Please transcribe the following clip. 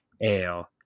Ale